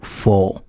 four